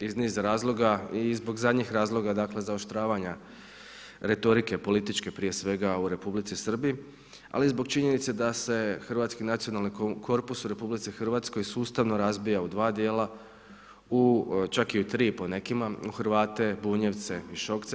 Iz niza razloga i zbog zadnjih razloga zaoštravanja retorike političke, prije svega u Republici Srbiji, ali zbog činjenice da se hrvatski nacionalni korpus u RH sustavno razbija u dva dijela, čak i u tri po nekima, u Hrvate, Bunjevce i Šokce.